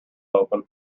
open